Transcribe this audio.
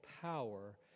power